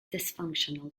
dysfunctional